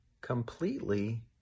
completely